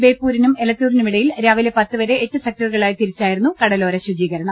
ബേപ്പൂരിനും എലത്തൂരിനു മിടയിൽ രാവിലെ പത്ത് വരെ എട്ട് സെക്ടറുകളായി തിരി ച്ചായിരുന്നു കടലോര ശുചീകരണം